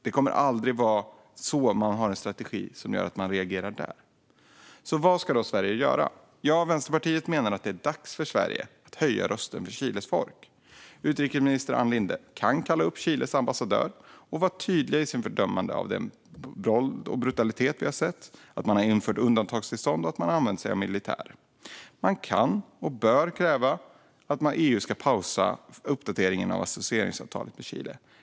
Det kommer aldrig att vara rätt strategi för att man ska reagera där. Vad ska då Sverige göra? Jag och Vänsterpartiet menar att det är dags för Sverige att höja rösten för Chiles folk. Utrikesminister Ann Linde kan kalla upp Chiles ambassadör till UD och vara tydlig i sitt fördömande av det våld och den brutalitet som vi har sett, att man har infört undantagstillstånd och att man har använt sig av militär. Man kan och bör kräva att EU pausar uppdateringen av associeringsavtalet med Chile.